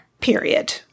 period